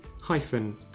hyphen